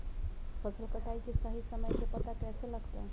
फसल कटाई के सही समय के पता कैसे लगते?